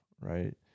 right